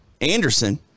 Anderson